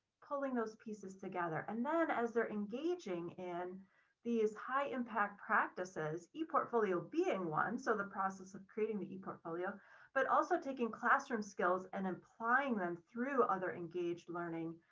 pulling those pieces together. and then as they're engaging in these high impact practices, eportfolio being one, so the process of creating the eportfolio, but also taking classroom skills and applying them through other engaged learning